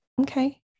Okay